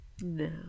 No